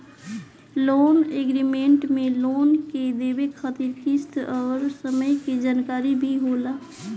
loan agreement में loan के देवे खातिर किस्त अउर समय के जानकारी भी होला